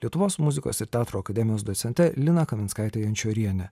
lietuvos muzikos ir teatro akademijos docente lina kaminskaite jančoriene